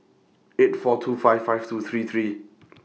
eight four two five five two three three